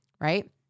right